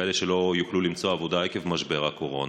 כאלה שלא יוכלו למצוא עבודה עקב משבר הקורונה,